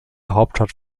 hauptstadt